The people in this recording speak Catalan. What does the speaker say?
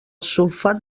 sulfat